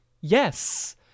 yes